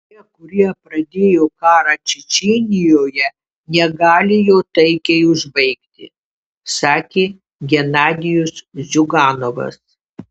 tie kurie pradėjo karą čečėnijoje negali jo taikiai užbaigti sakė genadijus ziuganovas